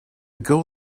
girl